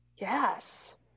Yes